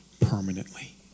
permanently